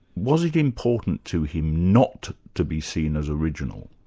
was it important to him not to be seen as original?